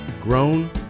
grown